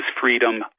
freedom